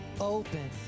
open